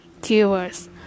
Keywords